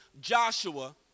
Joshua